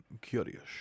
curious